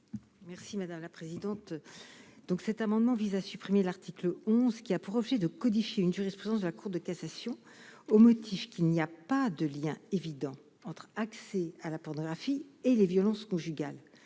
Merci madame la présidente, donc, cet amendement vise à supprimer l'article 11 qui a pour objet de codifier une jurisprudence de la Cour de cassation au motif qu'il n'y a pas de lien évident entre accès à la pornographie et les violences conjugales,